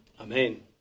Amen